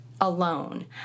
alone